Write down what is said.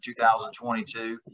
2022